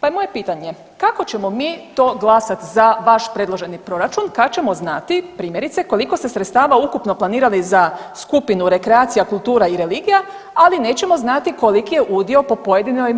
Pa je moje pitanje kako ćemo mi to glasat za vaš predloženi proračun kad ćemo znati primjerice koliko ste sredstava ukupno planirali za skupinu rekreacija, kultura i religija, ali nećemo znati koliko je udio po pojedinoj